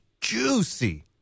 juicy